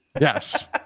yes